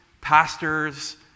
pastors